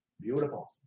Beautiful